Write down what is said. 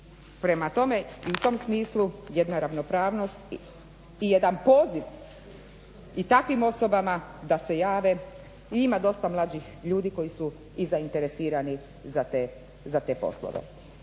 Prema tome i u tom smislu je ta ravnopravnost i jedan poziv i takvim osobama da se jave. Ima dosta mlađih ljudi koji su i zainteresirani za te poslove.